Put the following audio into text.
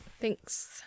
Thanks